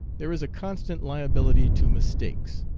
there is a constant liability to mistakes.